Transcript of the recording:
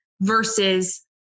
versus